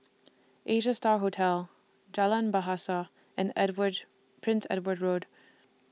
Asia STAR Hotel Jalan Bahasa and Edward Prince Edward Road